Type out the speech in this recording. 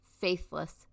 faithless